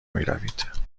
میروید